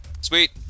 Sweet